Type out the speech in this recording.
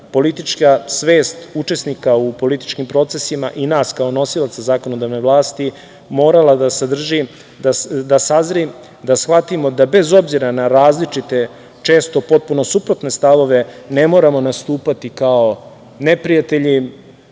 politička svest učesnika u političkim procesima i nas kao nosilaca zakonodavne vlasti morala da sadrži, da sazri, da shvatimo da bez obzira na različite, često potpuno suprotne stavove ne moramo nastupati kao neprijatelji,